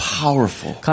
powerful